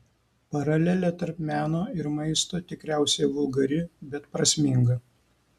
paralelė tarp meno ir maisto tikriausiai vulgari bet prasminga